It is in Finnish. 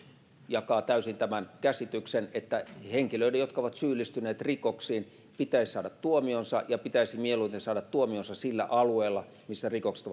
jakaa täysin tämän käsityksen että henkilöiden jotka ovat syyllistyneet rikoksiin pitäisi saada tuomionsa ja pitäisi mieluiten saada tuomionsa sillä alueella missä rikokset